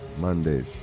Mondays